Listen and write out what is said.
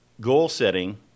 goal-setting